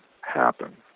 happen